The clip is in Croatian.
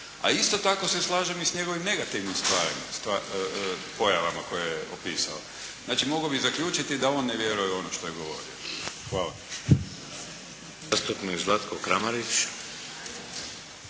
A isto tako se slažem i s njegovim pojavama koje je opisao. Znači mogao bi zaključiti da on je vjeruje u ono što je govorio. Hvala.